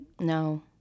No